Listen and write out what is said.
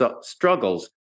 struggles